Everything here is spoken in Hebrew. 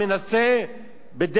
בדרך זו או אחרת,